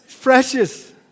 precious